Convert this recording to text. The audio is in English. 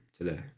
today